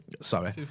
sorry